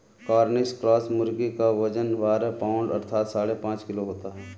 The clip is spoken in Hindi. कॉर्निश क्रॉस मुर्गी का वजन बारह पाउण्ड अर्थात साढ़े पाँच किलो होता है